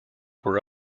were